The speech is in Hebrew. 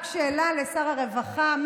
רק שאלה לשר הרווחה.